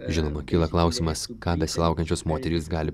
žinoma kyla klausimas ką besilaukiančios moterys gali